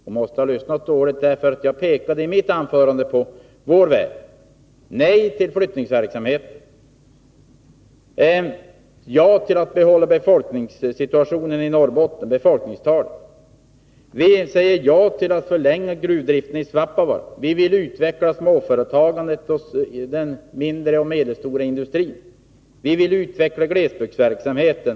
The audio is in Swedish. Hon måste ha lyssnat dåligt, för i mitt anförande pekar jag på våra förslag: nej till flyttningsverksamheten och ja till ett fasthållande vid det nuvarande befolkningstalet när det gäller Norrbotten. Vidare säger vi ja till en förlängning av gruvdriften i 47 Nr 143 Svappavaara. Vi vill också utveckla småföretagandet och den mindre och Tisdagen den medelstora industrin samt utvidga glesbygdsverksamheten.